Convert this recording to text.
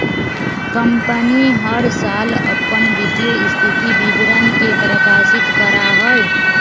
company हर साल अपन वित्तीय स्थिति विवरण के प्रकाशित करा हई